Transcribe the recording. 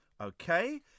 Okay